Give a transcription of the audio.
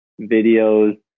videos